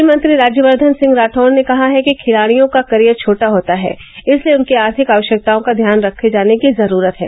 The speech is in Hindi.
खेल मंत्री राज्यवर्धन सिंह राठौड़ ने कहा है कि खिलाड़ियों का करियर छोटा होता है इसलिए उनकी आर्थिक आवश्यकताओं का ध्यान रखे जाने की जरूरत है